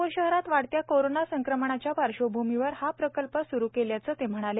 नागपूर शहरात वाढत्या कोरोना संक्रमणाच्या पार्श्वभूमीवर हा प्रकल्प स्रू केल्याचं ते म्हणाले